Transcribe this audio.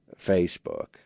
Facebook